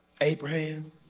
Abraham